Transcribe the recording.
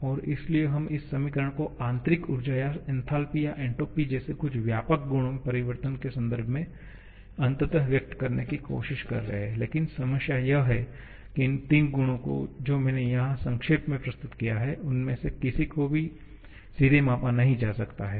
और इसलिए हम इस समीकरण को आंतरिक ऊर्जा या एन्थालपी या एंट्रॉपी जैसे कुछ व्यापक गुणों में परिवर्तन के संदर्भ में अंततः व्यक्त करने की कोशिश कर रहे हैं लेकिन समस्या यह है की इन तीन गुणों को जो मैंने यहां संक्षेप में प्रस्तुत किया है उनमें से किसी को भी सीधे मापा नहीं जा सकता है